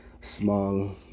Small